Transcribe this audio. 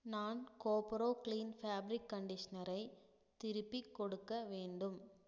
நான் GoPro clean fabric கன்டிஷனரை திருப்பி கொடுக்க வேண்டும்